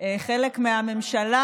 חלק מהממשלה.